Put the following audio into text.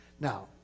Now